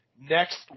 next